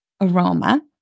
aroma